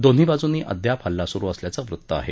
दोन्ही बाजूंनी अद्याप हल्ला सुरु असल्याचं वृत्त आहे